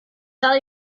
tell